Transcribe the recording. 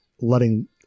letting